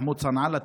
מחמוד סנעאללה.